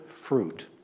fruit